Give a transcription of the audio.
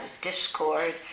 discord